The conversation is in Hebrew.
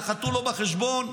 נחתו לו בחשבון,